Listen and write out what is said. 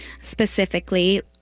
specifically